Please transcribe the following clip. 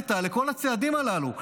התנגדת בזמן אמת לכל הצעדים הללו,